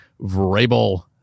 Vrabel